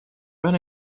run